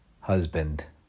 husband